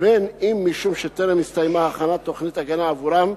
ובין אם משום שטרם הסתיימה הכנת תוכנית הגנה עבורם,